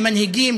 ממנהיגים,